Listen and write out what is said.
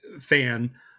fan